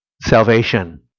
salvation